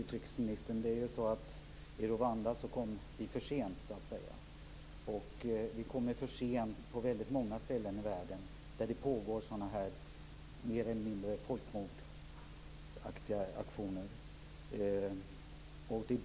Fru talman! I Rwanda kom vi för sent, och vi kommer för sent till många ställen i världen där det pågår mer eller mindre folkmordsliknande aktioner.